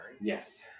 Yes